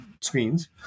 screens